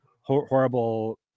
horrible